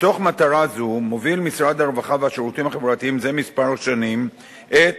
מתוך מטרה זו מוביל משרד הרווחה והשירותים החברתיים זה כמה שנים את